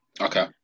Okay